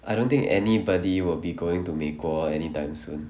I don't think anybody will be going to 美国 anytime soon